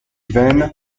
vaine